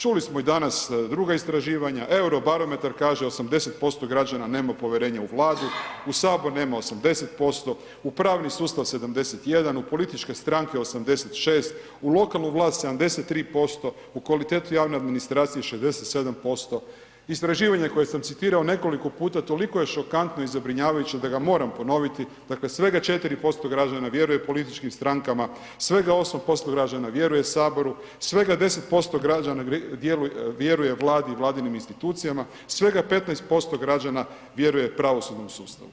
Čuli smo i danas druga istraživanja, Eurobarometar kaže 80% građana nema povjerenje u Vladu, u Sabor nema 80%, u pravni sustav 71%, u političke stranke 86%, u lokalnu vlast 73%, u kvalitetu javne administracije 67% istraživanje koje sam citirao nekoliko puta, toliko je šokantno i zabrinjavajuće da ga moram ponoviti, dakle, svega 4% građana vjeruje političkih strankama, svega 8% građana vjeruje Saboru, svega 10% građana vjeruje vladi i vladinim institucijama, svega 15% građana vjeruje pravosudnom sustavu.